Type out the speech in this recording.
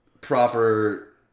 proper